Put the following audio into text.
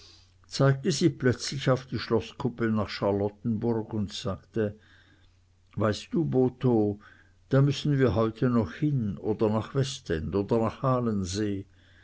zeigte sie plötzlich auf die schloßkuppel nach charlottenburg und sagte weißt du botho da müssen wir heute noch hin oder nach westend oder